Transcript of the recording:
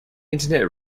internet